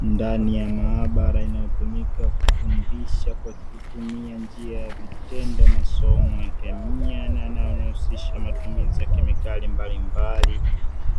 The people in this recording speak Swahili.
Ndani ya maabara inayotumika kufundisha kwa kutumia njia ya vitendo masomo ya kemia na yanayohusisha matumizi ya kemikali mbalimbali,